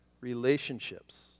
relationships